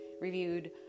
reviewed